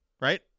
right